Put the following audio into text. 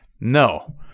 No